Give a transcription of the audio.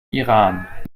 iran